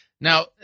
Now